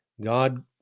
God